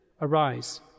Arise